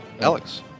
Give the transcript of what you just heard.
Alex